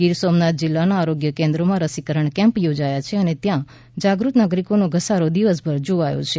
ગીર સોમનાથ જિલ્લાના આરોગ્ય કેન્દ્રોમાં રસીકરણ કેમ્પ યોજાયા છે અને ત્યાં જાગૃત નાગરિકો નો ધસારો દિવસભર જોવાયો છે